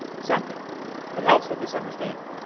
something it helps with this understanding